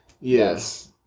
yes